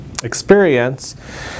experience